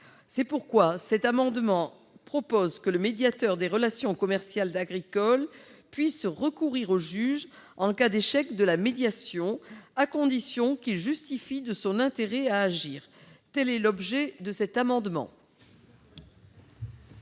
C'est pourquoi, par cet amendement, il est proposé que le médiateur des relations commerciales agricoles puisse recourir au juge en cas d'échec de la médiation, à condition qu'il justifie de son intérêt à agir. L'amendement